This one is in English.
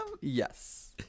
Yes